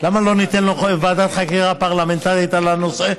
למה לא ניתן לו ועדת חקירה פרלמנטרית על הנושא?